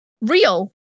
real